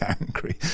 angry